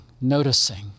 noticing